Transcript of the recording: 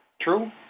True